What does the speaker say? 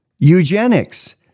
eugenics